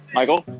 Michael